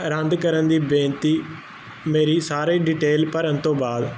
ਰੱਦ ਕਰਨ ਦੀ ਬੇਨਤੀ ਮੇਰੀ ਸਾਰੀ ਡਿਟੇਲ ਭਰਨ ਤੋਂ ਬਾਅਦ